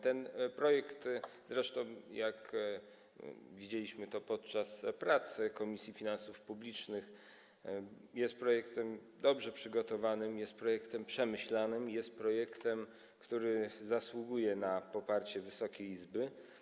Ten projekt, jak widzieliśmy to podczas pracy Komisji Finansów Publicznych, jest projektem dobrze przygotowanym, jest projektem przemyślanym i jest projektem, który zasługuje na poparcie Wysokiej Izby.